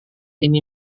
ini